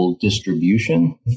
distribution